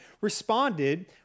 responded